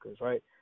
right